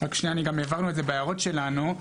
גם הבהרנו את זה בהערות שלנו.